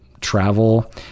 travel